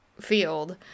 field